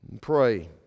Pray